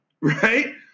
Right